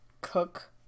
cook